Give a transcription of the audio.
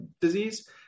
disease